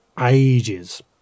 ages